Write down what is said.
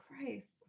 christ